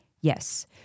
Yes